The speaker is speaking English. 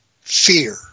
fear